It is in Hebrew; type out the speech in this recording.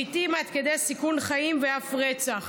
לעיתים עד כדי סיכון חיים, ואף רצח.